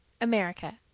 America